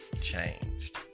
changed